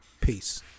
Peace